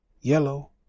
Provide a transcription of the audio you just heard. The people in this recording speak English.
yellow